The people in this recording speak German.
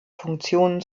funktionen